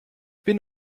bin